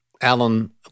Alan